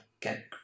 get